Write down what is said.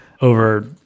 over